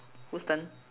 whose turn